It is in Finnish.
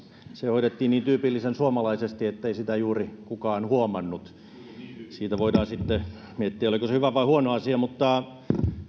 se hoidettiin niin tyypillisen suomalaisesti ettei sitä juuri kukaan huomannut sitä voidaan sitten miettiä oliko se hyvä vai huono asia mutta